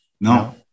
no